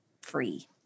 free